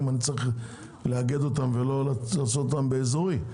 אני צריך לאגד אותם ולא לעשות אותם באזורי.